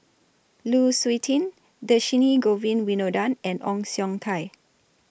Lu Suitin Dhershini Govin Winodan and Ong Siong Kai